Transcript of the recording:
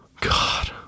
God